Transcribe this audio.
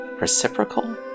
reciprocal